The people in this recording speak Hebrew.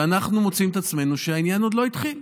ואנחנו מוצאים את עצמנו כשהעניין עוד לא התחיל.